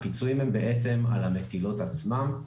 הפיצויים הם בעצם על המטילות עצמן,